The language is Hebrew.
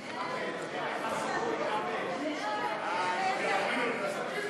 המקומיות (בחירות) (תיקון מס' 46), התשע"ז